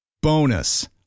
Bonus